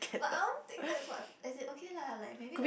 like I want think that's what as in okay lah like maybe the